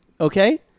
Okay